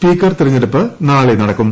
speaker തെരഞ്ഞെടുപ്പ് നാളെ നടക്കും